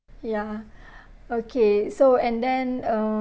ya okay so and then um